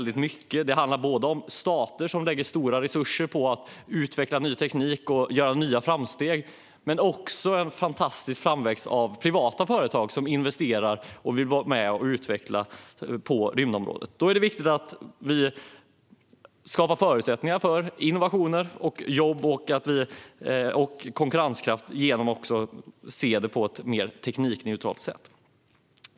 Det handlar om stater som lägger stora resurser på att utveckla ny teknik och göra nya framsteg men också om en fantastisk framväxt av privata företag som investerar och vill vara med och utveckla på rymdområdet. Då är det viktigt att vi skapar förutsättningar för innovationer, jobb och konkurrenskraft genom att se på detta på ett mer teknikneutralt sätt.